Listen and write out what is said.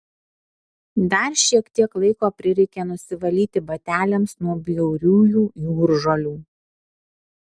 dar šiek tiek laiko prireikė nusivalyti bateliams nuo bjauriųjų jūržolių